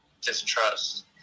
distrust